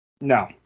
No